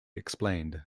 explained